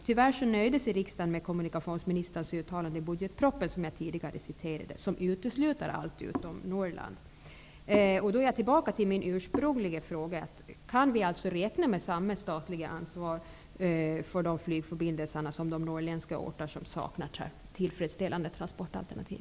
Tyvärr nöjde sig riksdagen med kommunikationsministerns uttalande i budgetpropositionen som jag tidigare refererade, där alla områden utom Norrland utesluts. Jag är då tillbaka till min ursprungliga fråga. Kan vi räkna med samhällets stöd och samma statliga ansvar för flygförbindelser till Gotland som för de norrländska orter som saknar tillfredsställande transportalternativ?